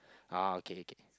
ah okay okay